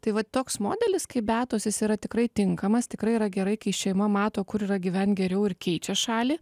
tai vat toks modelis kaip beatos jis yra tikrai tinkamas tikrai yra gerai kai šeima mato kur yra gyvent geriau ir keičia šalį